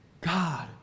God